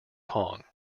kong